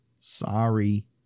Sorry